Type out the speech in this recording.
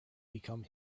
become